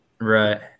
Right